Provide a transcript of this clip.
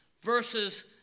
versus